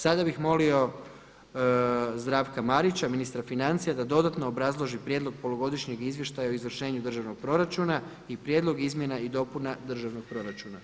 Sada bih molio Zdravka Marića ministra financija da dodatno obrazloži Prijedlog polugodišnjeg izvještaja o izvršenju Državnog proračuna i Prijedlog izmjena i dopuna državnog proračuna.